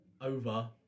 over